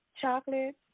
chocolate